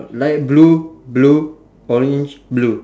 light blue blue orange blue